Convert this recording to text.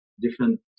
different